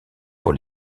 pour